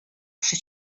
кеше